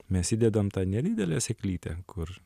mes įdedam tą nedidelę sėklytę kur